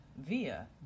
Via